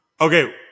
Okay